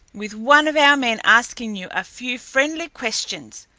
with one of our men asking you a few friendly questions!